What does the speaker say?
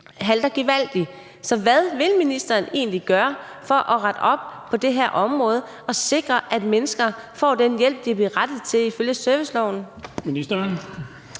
halter gevaldigt. Så hvad vil ministeren egentlig gøre for at rette op på det her område og sikre, at mennesker får den hjælp, de er berettiget til ifølge serviceloven? Kl.